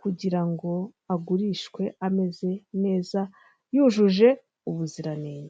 kugira ngo agurishwe ameze neza yujuje ubuziranenge.